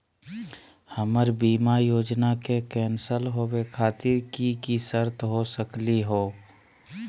हमर बीमा योजना के कैन्सल होवे खातिर कि कि शर्त हो सकली हो?